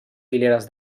fileres